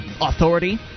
authority